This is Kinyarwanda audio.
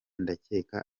ndacyeka